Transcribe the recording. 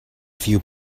few